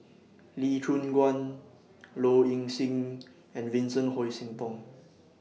Lee Choon Guan Low Ing Sing and Vincent Hoisington